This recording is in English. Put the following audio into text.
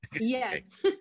Yes